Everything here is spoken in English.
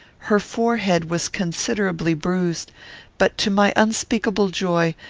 her forehead was considerably bruised but, to my unspeakable joy,